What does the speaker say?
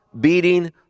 beating